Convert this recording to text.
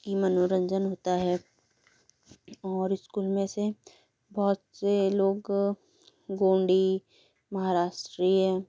कि मनोरंजन होता है और इस्कूल में से बहुत से लोग गोंडी महाराष्ट्रीय